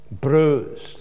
bruised